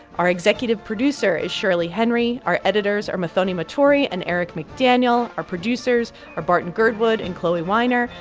our executive producer is shirley henry. our editors are muthoni muturi and eric mcdaniel. our producers are barton girdwood and chloee weiner.